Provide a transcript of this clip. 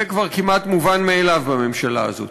זה כבר כמעט מובן מאליו בממשלה הזאת,